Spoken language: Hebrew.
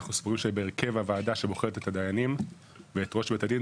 ואנחנו סבורים שבהרכב הוועדה שבוחרת את הדיינים ואת ראש בית הדין,